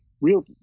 real